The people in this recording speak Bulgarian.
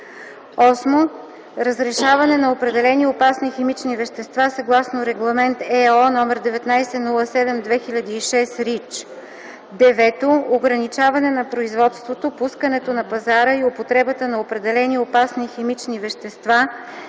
8. разрешаване на определени опасни химични вещества съгласно Регламент (ЕО) № 1907/2006 (REACH); 9. ограничаване на производството, пускането на пазара и употребата на определени опасни химични вещества,